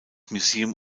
museum